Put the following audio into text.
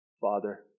Father